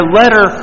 letter